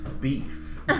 Beef